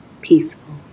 peaceful